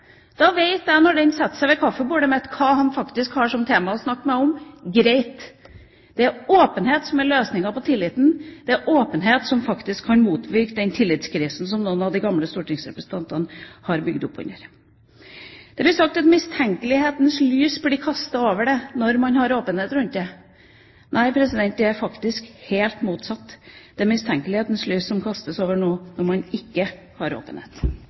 Da vet jeg, når en setter seg ved kaffebordet mitt, hva han har som tema og vil snakke med meg om. Det er greit. Det er åpenhet som er løsninga når det gjelder tilliten. Det er åpenhet som kan motvirke den tillitskrisen som noen av de tidligere stortingsrepresentantene har bygd opp under. Det er blitt sagt at mistenkelighetens lys blir kastet over noe når man har åpenhet rundt det. Nei, det er faktisk helt motsatt. Det er mistenkelighetens lys som kastes over noe når man ikke har åpenhet.